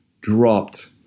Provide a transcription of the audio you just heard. dropped